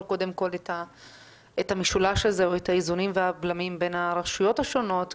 קודם כול את המשולש הזה או את האיזונים והבלמים בין הרשויות השונות.